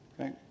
Okay